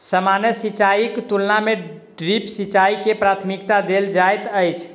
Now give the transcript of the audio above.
सामान्य सिंचाईक तुलना मे ड्रिप सिंचाई के प्राथमिकता देल जाइत अछि